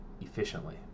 efficiently